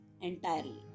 entirely